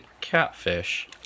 catfish